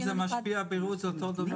זה משפיע ב- -- זה אותו הדבר.